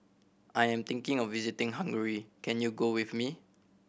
I am thinking of visiting Hungary can you go with me